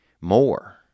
more